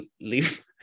leave